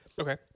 Okay